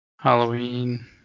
Halloween